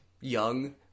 young